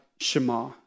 Shema